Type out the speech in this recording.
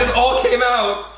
and all came out!